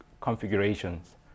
configurations